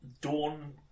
dawn